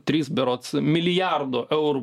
trys berods milijardo eurų